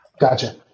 Gotcha